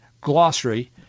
Glossary